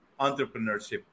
entrepreneurship